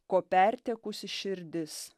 ko pertekusi širdis